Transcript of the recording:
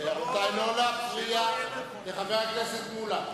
רבותי, לא להפריע לחבר הכנסת מולה.